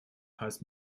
heißt